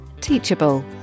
Teachable